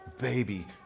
baby